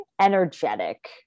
energetic